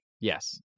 yes